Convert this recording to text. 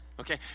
Okay